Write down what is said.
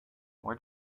where